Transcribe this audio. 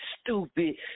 stupid